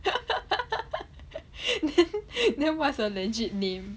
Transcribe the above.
then then what's a legit name